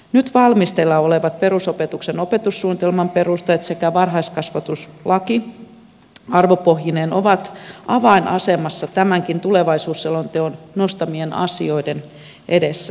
nyt valmisteilla olevat perusopetuksen opetussuunnitelman perusteet sekä varhaiskasvatuslaki arvopohjineen ovat avainasemassa tämänkin tulevaisuusselonteon nostamien asioiden edessä